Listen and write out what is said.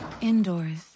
indoors